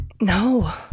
No